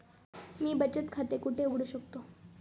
मी बचत खाते कुठे उघडू शकतो?